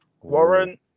Warren